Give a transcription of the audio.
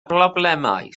broblemau